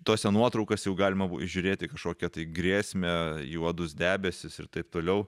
tose nuotraukose jau galima žiūrėti kažkokią tai grėsmę juodus debesis ir taip toliau